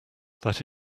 that